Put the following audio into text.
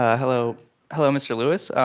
ah hello hello mr. lewis.